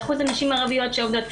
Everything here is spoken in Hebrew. שיעור הנשים הערביות שעובדות.